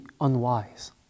unwise